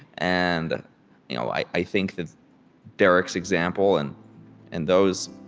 and you know i i think that derek's example, and and those,